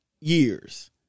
years